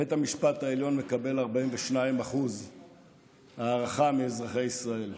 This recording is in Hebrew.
בית המשפט העליון מקבל 42% הערכה מאזרחי ישראל,